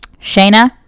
Shayna